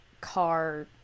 car